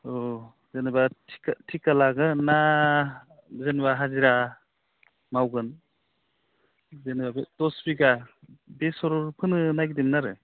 अ जेनेबा थिखा थिखा लागोन ना जेनेबा हाजिरा मावगोन जोंना दस बिगा बेसर फोनो नागिरदोंमोन आरो